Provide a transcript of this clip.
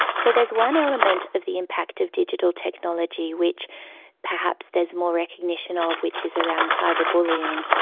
so there's one element of the impact of digital technology which perhaps there's more recognition of which is around cyber bullying,